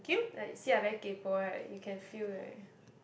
like see I very kaypo right you can feel right